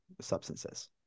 substances